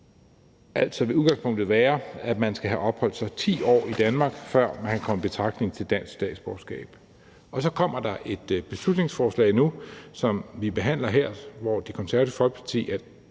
altså vil udgangspunktet være, at man skal have opholdt sig 10 år i Danmark, før man kan komme i betragtning til dansk statsborgerskab. Så kommer der et beslutningsforslag nu, som vi behandler her, hvor Det Konservative Folkeparti